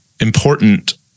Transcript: important